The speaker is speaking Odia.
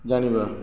ଜାଣିବା